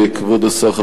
כבוד השר,